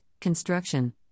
construction